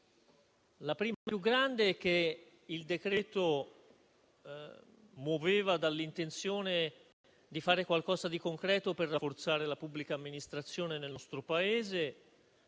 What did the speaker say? La prima e più grande ragione è che il decreto-legge muoveva dall'intenzione di fare qualcosa di concreto per rafforzare la pubblica amministrazione nel nostro Paese.